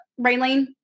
raylene